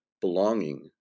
belonging